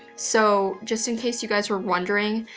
so, just in case you guys were wondering,